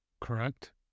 correct